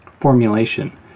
formulation